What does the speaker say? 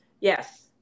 Yes